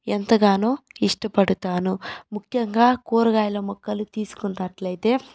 ఎంతగానో ఇష్టపడతాను ముఖ్యంగా కూరగాయల మొక్కలు తీసుకున్నట్లయితే